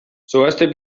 zoazte